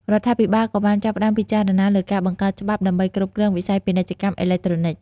រដ្ឋាភិបាលក៏បានចាប់ផ្តើមពិចារណាលើការបង្កើតច្បាប់ដើម្បីគ្រប់គ្រងវិស័យពាណិជ្ជកម្មអេឡិចត្រូនិក។